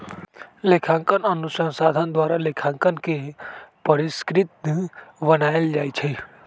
लेखांकन अनुसंधान द्वारा लेखांकन के परिष्कृत बनायल जाइ छइ